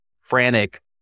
frantic